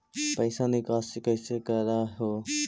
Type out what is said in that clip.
पैसवा निकासी कैसे कर हो?